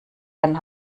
einen